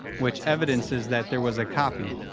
which evidences that there was a copy.